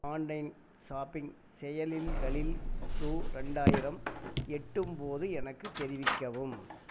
online shopping செயலிகளில் ரூ ரெண்டாயிரம் எட்டும்போது எனக்குத் தெரிவிக்கவும்